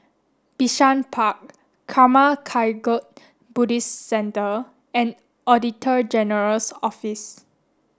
Bishan Park Karma Kagyud Buddhist Centre and Auditor General's Office